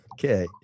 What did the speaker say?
Okay